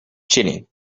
chilling